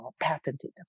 patented